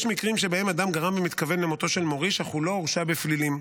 יש מקרים שבהם אדם גרם במתכוון למותו של מוריש אך הוא לא הורשע בפלילים.